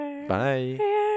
Bye